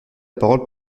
parole